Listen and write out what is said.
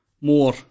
more